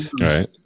Right